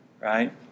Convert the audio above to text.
right